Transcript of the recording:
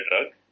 drug